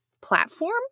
platform